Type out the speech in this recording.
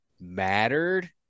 Mattered